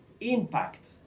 impact